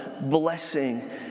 blessing